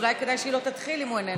אולי כדאי שהיא לא תתחיל אם הוא איננו.